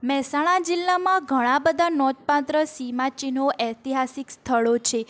મહેસાણા જિલ્લામાં ઘણાં બધાં નોંધપાત્ર સીમાચિહ્નો ઐતિહાસિક સ્થળો છે